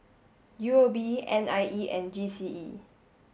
U O B N I E and G C E